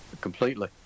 completely